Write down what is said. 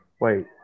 wait